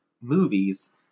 movies